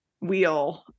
wheel